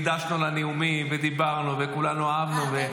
הקדשנו לה נאומים ודיברנו וכולנו אהבנו.